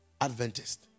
Adventist